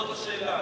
זאת השאלה.